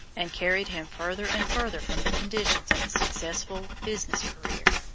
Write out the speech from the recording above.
and carried him further and further from the conditions of a successful business career.